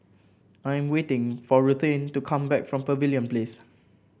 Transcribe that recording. I'm waiting for Ruthanne to come back from Pavilion Place